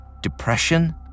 depression